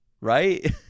right